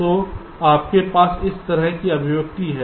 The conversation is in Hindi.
तो आपके पास इस तरह की अभिव्यक्ति है